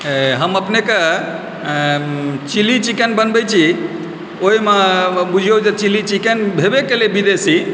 हम अपनेक chilli chicken बनबैत छी ओहिमऽ बुझिओ जे चिली चिकन भेबे केलय विदेशी